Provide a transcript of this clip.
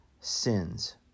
sins